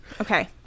Okay